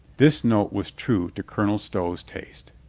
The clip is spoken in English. this note was true to colonel stow's taste.